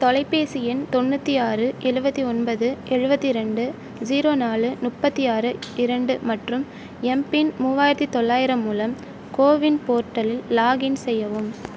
தொலைபேசி எண் தொண்ணுற்றி ஆறு எழுபத்தி ஒன்பது எழுபத்தி ரெண்டு ஜீரோ நாலு நுப்பத்து ஆறு இரண்டு மற்றும் எம்பின் மூவாயிரத்து தொள்ளாயிரம் மூலம் கோவின் போர்ட்டலில் லாக்இன் செய்யவும்